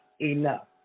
enough